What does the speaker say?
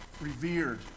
revered